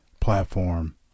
platform